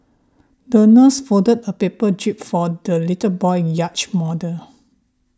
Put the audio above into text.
the nurse folded a paper jib for the little boy's yacht model